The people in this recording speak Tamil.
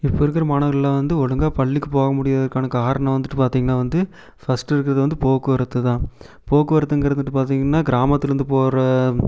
இப்போ இருக்கிற மாணவர்களெலாம் வந்து ஒழுங்காக பள்ளிக்கு போக முடியாததுக்கான காரணம் வந்துட்டு பார்த்திங்னா வந்து ஃபர்ஸ்ட் இருக்கிறது வந்து போக்குவரத்து தான் போக்குவரத்துங்கின்றது பார்த்திங்கனா கிராமத்தில் இருந்து போகிற